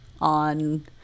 on